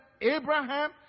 Abraham